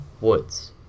woods